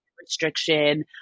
restriction